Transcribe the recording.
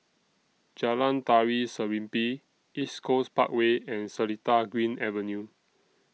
Jalan Tari Serimpi East Coast Parkway and Seletar Green Avenue